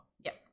Yes